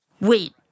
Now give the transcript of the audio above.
Wait